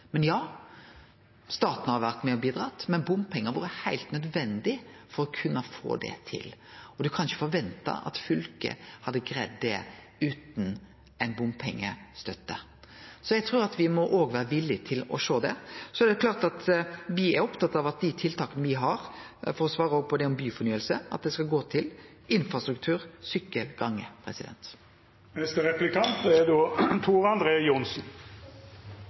Ja, staten har vore med og bidrege, men bompengar har vore heilt nødvendig for å kunne få det til. Ein kan ikkje forvente at fylket hadde greidd det utan bompengestøtte. Så eg trur me må vere villige til å sjå det. Det er klart at me er opptatte av at dei tiltaka me har – for å svare på det med byfornyelse – skal gå til infrastruktur, sykkel og gange. I Norge har vi oljepenger – vi har veldig mye oljepenger. Akkurat nå er